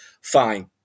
Fine